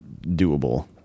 doable